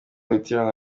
witiranwa